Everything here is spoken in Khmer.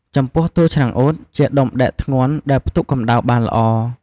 ចំពោះ តួឆ្នាំងអ៊ុត ជាដុំដែកធ្ងន់ដែលផ្ទុកកម្ដៅបានល្អ។